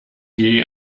geh